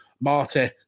marty